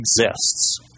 exists